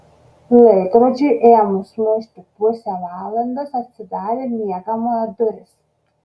laikrodžiui ėmus mušti pusę valandos atsidarė miegamojo durys